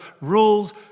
rules